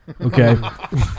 Okay